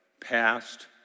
past